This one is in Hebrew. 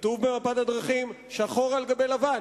כתוב במפת הדרכים, שחור על גבי לבן.